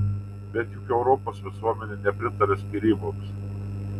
bet juk europos visuomenė nepritaria skyryboms